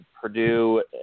Purdue